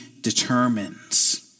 determines